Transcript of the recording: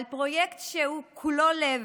על פרויקט שהוא כולו לב.